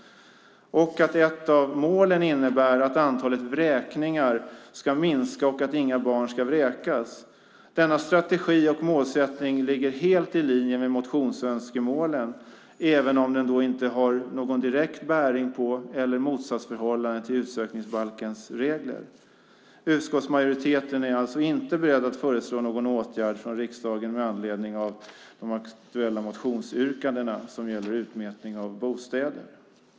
Ett av målen innebär att antalet vräkningar ska minska och att inga barn ska vräkas. Denna strategi och målsättning ligger helt i linje med motionsönskemålen även om den inte har någon direkt bäring på eller något motsatsförhållande till utsökningsbalkens regler. Utskottsmajoriteten är alltså inte beredd att föreslå någon åtgärd från riksdagen med anledning av de aktuella motionsyrkandena som gäller utmätning av bostäder.